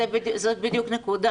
זאת בדיוק נקודה,